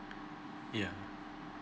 yeah